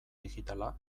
digitala